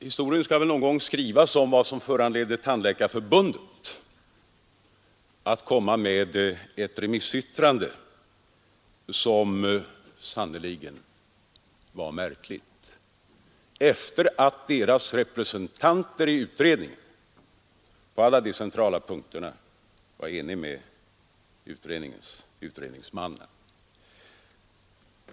Historien skall väl någon gång skrivas om vad som föranledde Tandläkarförbundet att komma med ett remissyttrande som sannerligen var märkligt efter det att dess representanter i utredningen på alla de centrala punkterna var eniga med utredningsmannen.